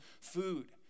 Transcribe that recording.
food